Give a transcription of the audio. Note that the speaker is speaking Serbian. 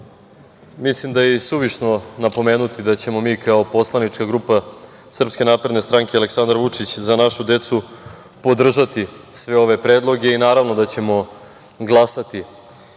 da je isuvišno napomenuti da ćemo mi kao poslanička grupa SNS Aleksandar Vučić – za našu decu, podržati sve ove predloge i naravno da ćemo glasati